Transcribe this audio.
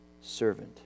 servant